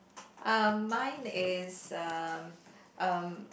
um mine is um um